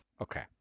Okay